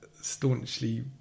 staunchly